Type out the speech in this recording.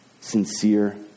sincere